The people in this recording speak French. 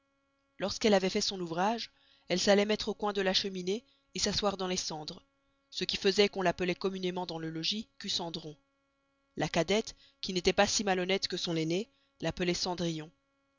lorsqu'elle avoit fait son ouvrage elle s'alloit mettre au coin de la cheminée s'asseoir dans les cendres ce qui faisoit qu'on l'appeloit communément dans le logis cucendron la cadette qui n'estoit pas si malhonneste que son aisnée l'appeloit cendrillon